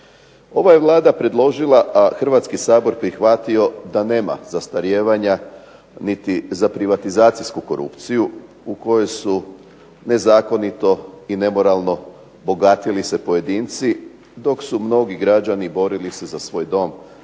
Ova je Vlada predložila, a Hrvatski sabor prihvatio da nema zastarijevanja niti za privatizacijsku korupciju u koju su nezakonito i nemoralno bogatili se pojedinci dok su mnogi građani borili se za dom,